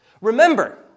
Remember